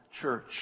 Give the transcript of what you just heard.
Church